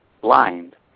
blind